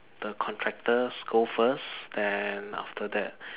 the contractors go first and then after that